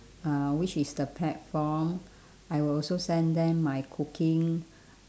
uh which is the platform I will also send them my cooking